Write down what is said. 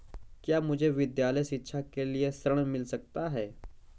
क्या मुझे विद्यालय शिक्षा के लिए ऋण मिल सकता है?